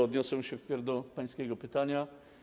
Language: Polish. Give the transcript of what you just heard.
Odniosę się wpierw do pańskiego pytania.